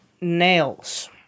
nails